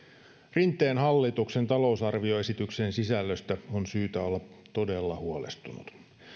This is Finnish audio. rinteen hallituksen talousarvioesityksen sisällöstä on syytä olla todella huolestunut